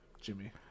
Jimmy